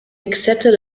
accepted